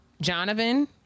Jonathan